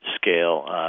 scale